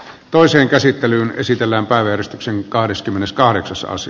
toiseen käsittelyyn esitellään vaan eristyksen käsittely keskeytetään